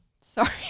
sorry